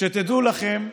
שתדעו לכם,